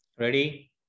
Ready